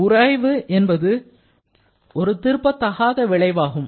உராய்வு ஒரு திருப்பதகாத விளைவாகும்